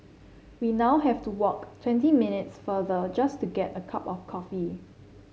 we now have to walk twenty minutes farther just to get a cup of coffee